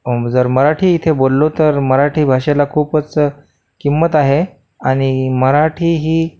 जर मराठी इथे बोललो तर मराठी भाषेला खूपच किंमत आहे आणि मराठी ही